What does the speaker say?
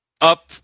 up